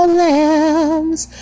lambs